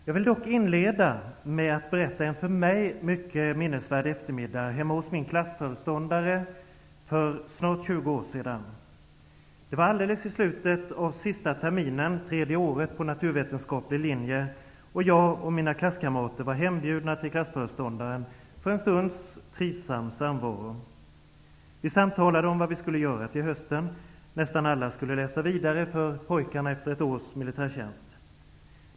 Jag vill dock inleda med att berätta om en för mig mycket minnesvärd eftermiddag för snart 20 år sedan hemma hos min klassföreståndare. Det var alldeles i slutet av sista terminen på den treåriga naturvetenskapliga linjen. Jag och mina klasskamrater var hembjudna till klassföreståndaren för en stunds trivsam samvaro. Vi samtalade om vad vi skulle göra till hösten. Nästan alla skulle läsa vidare -- för pojkarna gällde det efter ett års militärtjänst.